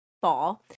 fall